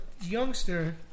youngster